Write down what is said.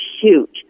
huge